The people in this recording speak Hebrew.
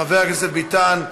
חבר הכנסת ביטן,